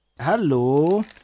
Hello